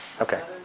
Okay